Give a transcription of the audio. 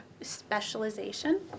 specialization